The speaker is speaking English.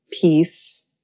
peace